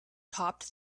topped